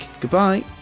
Goodbye